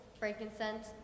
frankincense